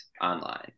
online